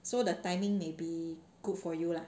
so the timing may be good for you lah